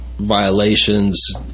Violations